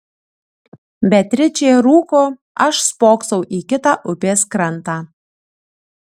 beatričė rūko aš spoksau į kitą upės krantą